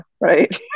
Right